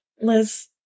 Liz